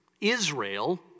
Israel